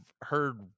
heard